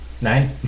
Nine